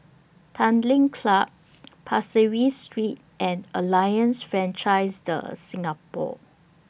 Tanglin Club Pasir Ris Street and Alliance Francaise De Singapour